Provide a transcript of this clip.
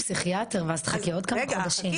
מפסיכיאטר ואז תחכי עוד כמה חודשים.